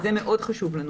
זה מאוד חשוב לנו.